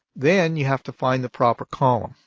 then you have to find the proper column.